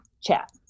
chat